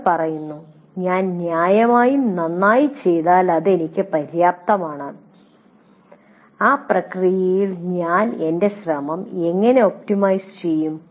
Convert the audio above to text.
അവർ പറയുന്നു ഞാൻ ന്യായമായും നന്നായി ചെയ്താൽ അത് എനിക്ക് പര്യാപ്തമാണ് ആ പ്രക്രിയയിൽ ഞാൻ എന്റെ ശ്രമം എങ്ങനെ ഒപ്റ്റിമൈസ് ചെയ്യും